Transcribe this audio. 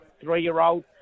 three-year-old